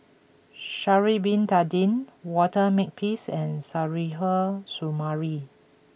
Sha'ari Bin Tadin Walter Makepeace and Suzairhe Sumari